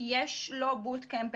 יש לא boot camp,